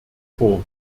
vor